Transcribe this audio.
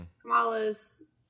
kamala's